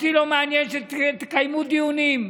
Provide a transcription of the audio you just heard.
אותי לא מעניין שתקיימו דיונים,